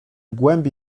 głębi